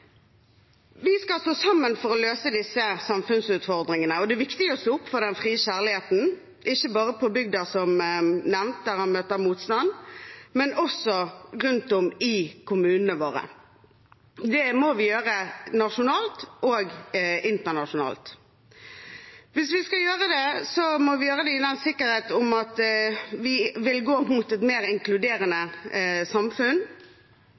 Vi skal stå sammen for å løse disse samfunnsutfordringene, og det er viktig å stå opp for den frie kjærligheten – det er som nevnt ikke bare på bygda den møter motstand, men også rundt i bykommunene våre – og det må vi gjøre nasjonalt og internasjonalt. Hvis vi skal gjøre det, må vi gjøre det i visshet om at vi vil gå mot et mer inkluderende samfunn.